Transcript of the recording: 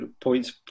points